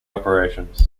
operations